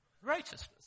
righteousness